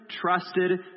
trusted